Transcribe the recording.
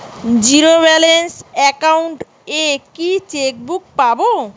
Zero balance account এ কি chequebook পাব?